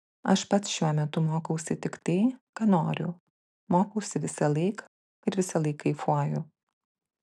aš pats šiuo metu mokausi tik tai ką noriu mokausi visąlaik ir visąlaik kaifuoju